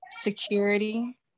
security